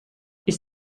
ist